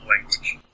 language